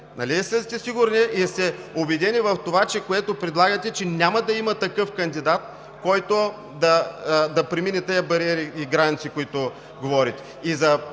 убедени сте в това, което предлагате, че няма да има такъв кандидат, който да премине тези бариери и граници, за които говорите?